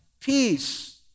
peace